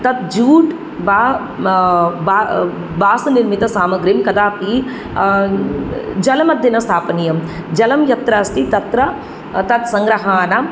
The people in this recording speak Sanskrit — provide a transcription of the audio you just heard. तद् जूट् वा वा बासनिर्मितसामग्रिं कदापि जलमध्ये न स्थापनीयं जलं यत्र अस्ति तत्र तत् सङ्ग्रहानाम्